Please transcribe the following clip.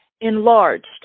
enlarged